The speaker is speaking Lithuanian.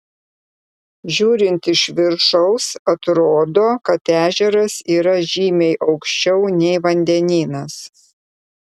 žiūrint iš viršaus atrodo kad ežeras yra žymiai aukščiau nei vandenynas